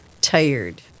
tired